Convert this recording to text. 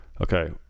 okay